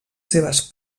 seves